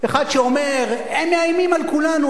אחד שאומר: הם מאיימים על כולנו,